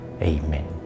Amen